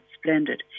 splendid